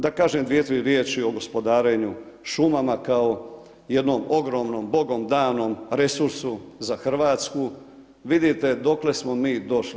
Da kažem 2, 3 riječi o gospodarenju šumama, kao jednom ogromnom Bogom danom resursu za Hrvatsku vidite dokle smo mi došli.